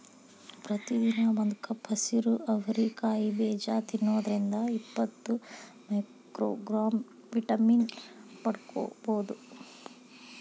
ಪ್ರತಿದಿನ ಒಂದು ಕಪ್ ಹಸಿರು ಅವರಿ ಕಾಯಿ ಬೇಜ ತಿನ್ನೋದ್ರಿಂದ ಇಪ್ಪತ್ತು ಮೈಕ್ರೋಗ್ರಾಂ ವಿಟಮಿನ್ ಪಡ್ಕೋಬೋದು